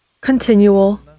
continual